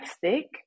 thick